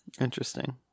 Interesting